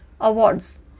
Awards